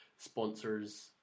sponsors